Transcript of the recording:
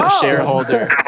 shareholder